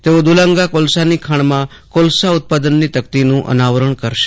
તેઓ દુલાંગા કોલસાની ખાણમાં કોલસા ઉત્પાદનની તકતીનું અનાવરણ કરશે